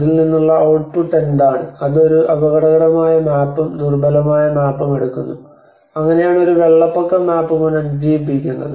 അതിൽ നിന്നുള്ള ഔട്ട്പുട്ട് എന്താണ് അത് ഒരു അപകടകരമായ മാപ്പും ദുർബലമായ മാപ്പും എടുക്കുന്നു അങ്ങനെയാണ് ഒരു വെള്ളപ്പൊക്ക മാപ്പ് പുനരുജ്ജീവിപ്പിക്കുന്നത്